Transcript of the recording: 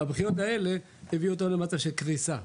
והבכיות האלה הביאו אותנו למצב של קריסה.